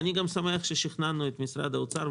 אני גם שמח ששכנענו את משרד האוצר,